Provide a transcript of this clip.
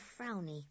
frowny